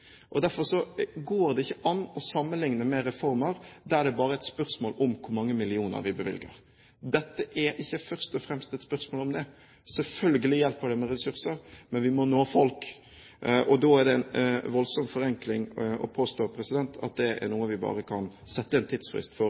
Derfor går det ikke an å sammenlikne med reformer der det bare er et spørsmål om hvor mange millioner vi bevilger. Det er ikke først og fremst et spørsmål om det. Selvfølgelig hjelper det med ressurser, men vi må nå folk. Da er det en voldsom forenkling å påstå at dette er noe vi bare kan sette en tidsfrist for